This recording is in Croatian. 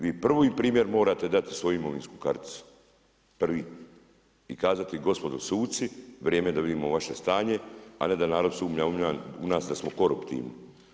Vri prvi primjer morate dati svoju imovinsku karticu, prvi i kazati gospodo suci vrijeme je da vidimo vaše stanje a ne da narod sumnja u nas da smo koruptivni.